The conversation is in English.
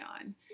on